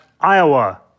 Iowa